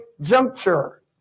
Juncture